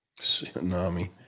Tsunami